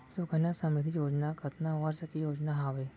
सुकन्या समृद्धि योजना कतना वर्ष के योजना हावे?